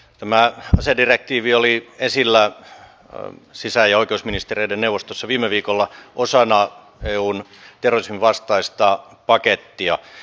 tämä asedirektiivi oli esillä sisä ja oikeusministereiden neuvostossa viime viikolla osana eun terrorisminvastaista pakettia